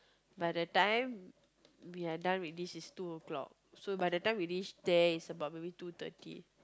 by the time we are done with this is two o-clock so by the time we reach there is about maybe two thirty